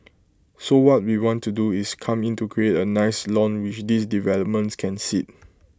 so what we want to do is come in to create A nice lawn which these developments can sit